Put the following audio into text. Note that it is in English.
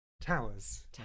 Towers